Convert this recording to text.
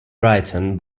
brighton